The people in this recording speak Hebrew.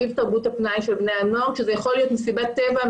סביב תרבות הפנאי של בני הנוער כאשר זאת יכולה להיות מסיבת טבע,